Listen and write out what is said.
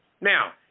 now